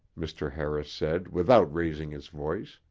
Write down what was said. mr. harris said without raising his voice.